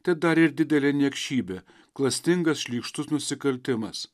tai dar ir didelė niekšybė klastingas šlykštus nusikaltimas